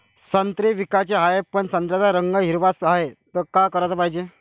संत्रे विकाचे हाये, पन संत्र्याचा रंग हिरवाच हाये, त का कराच पायजे?